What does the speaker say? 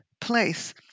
place